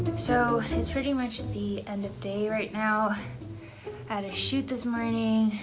so, it's pretty much the end of day right now had a shoot this morning,